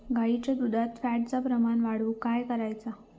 गाईच्या दुधात फॅटचा प्रमाण वाढवुक काय करायचा?